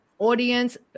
Audience